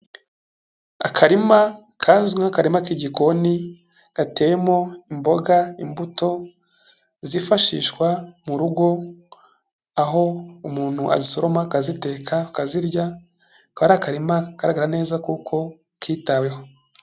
Akarima kazwi nk'akarima k'igikoni gateyemo imboga ,imbuto zifashishwa mu rugo aho umuntu azisoroma akaziteka akazirya kari akarima kagaragara neza kuko kitaweho.